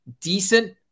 decent